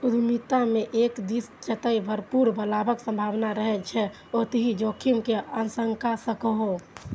उद्यमिता मे एक दिस जतय भरपूर लाभक संभावना रहै छै, ओतहि जोखिम के आशंका सेहो